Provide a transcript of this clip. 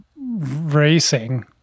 racing